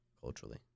culturally